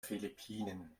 philippinen